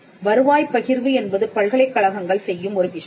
வருவாய் பகிர்வு என்பது பல்கலைக்கழகங்கள் செய்யும் ஒரு விஷயம்